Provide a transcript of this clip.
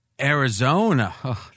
Arizona